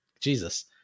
Jesus